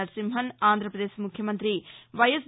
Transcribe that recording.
నరసింహన్ ఆంధ్రప్రదేశ్ ముఖ్యమంత్రి వైఎస్